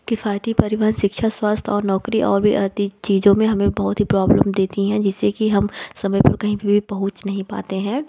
किफायती परिवन शिक्षा स्वास्थ्य और नौकरी और अधिक चीज़ों में हमें बहुत ही प्रॉबलम देती हैं जिससे कि हम समय पर कहीं भी पहुँच नहीं पाते हैं